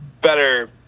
better